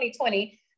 2020